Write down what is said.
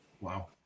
Wow